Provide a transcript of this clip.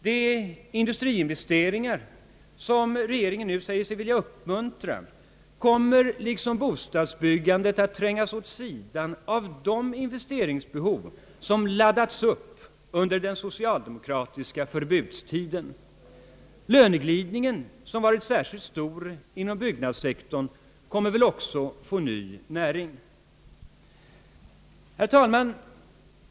De industriinvesteringar som regeringen nu säger sig vilja uppmuntra kommer liksom bostadsbyggandet att trängas åt sidan av de investeringsbehov som laddats upp under den socialdemokratiska förbudstiden. Löneglidningen som varit särskilt stor inom byggsektorn kommer att få ny näring. Herr talman!